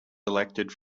elected